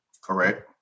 Correct